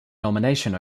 nomination